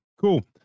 Cool